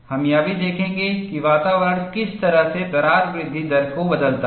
हम यह भी देखेंगे कि वातावरण किस तरह से दरार वृद्धि दर को बदलता है